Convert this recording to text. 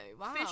wow